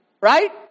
right